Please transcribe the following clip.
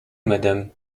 madame